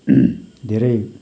धेरै